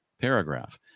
paragraph